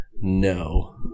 no